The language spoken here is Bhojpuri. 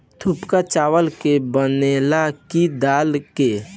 थुक्पा चावल के बनेला की दाल के?